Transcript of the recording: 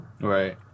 Right